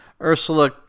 Ursula